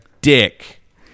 Dick